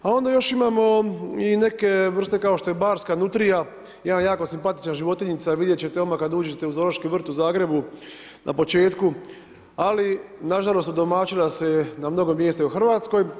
A onda još imamo i neke vrste kao što je barska nutrija, jedna jako simpatična životinjica, vidjeti ćete odmah, kad uđete u ZOO u Zagrebu na početku, ali nažalost udomaćila se na mnogo mjesta i u Hrvatskoj.